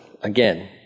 again